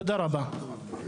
תודה רבה.